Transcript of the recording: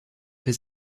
his